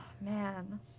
Man